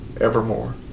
evermore